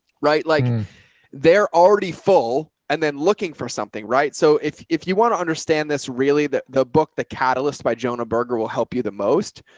right. like they're already full and then looking for something. right? so if, if you want to understand this really, that the book, the catalysts by jonah berger will help you the most,